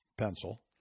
pencil